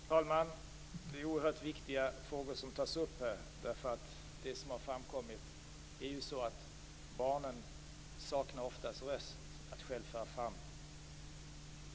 Fru talman! Det är oerhört viktiga frågor som tas upp. Barnen saknar oftast röst att själva föra fram det som är bäst för dem.